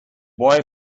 boy